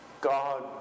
God